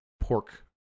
pork